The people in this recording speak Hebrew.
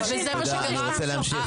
תודה, אני רוצה להמשיך.